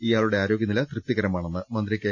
ഇയാളുടെ ആരോഗ്യനില തൃപ്തികരമാണെന്ന് മന്ത്രി കെ